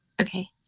Okay